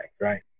Right